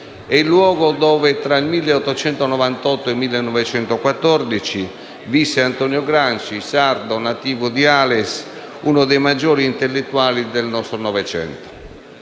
È il luogo dove, tra il 1898 ed il 1914, visse Antonio Gramsci, sardo nativo di Ales, uno dei maggiori intellettuali del nostro Novecento.